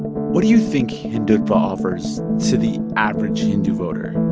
what do you think hindutva offers to the average hindu voter?